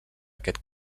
aquest